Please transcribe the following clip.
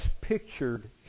pictured